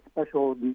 special